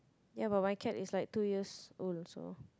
ya but my cat is like two years old so